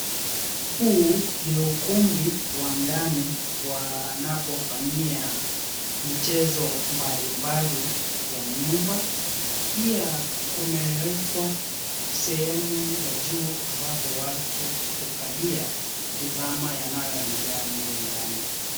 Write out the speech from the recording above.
Huu ni ukumbi wa ndani wanapofanyia michezo mbali mbali ya nyumba. Pia kumewekwa sehemu ya juu ambapo watu hukalia kutizama yanayoendelea mle ndani.